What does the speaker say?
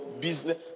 business